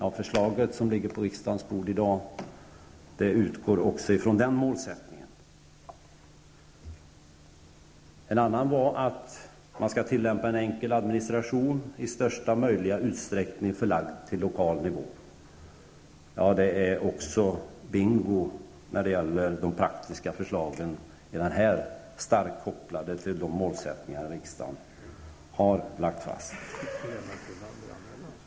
Det förslag som ligger på riksdagens bord i dag utgår också ifrån den målsättningen. En annan målsättning var att man skall tillämpa en enkel administration som i största möjliga utsträckning skall vara förlagd till lokal nivå. Det är också bingo när det gäller de praktiska förslagen som är starkt kopplade till de målsättningar som riksdagen har lagt fast.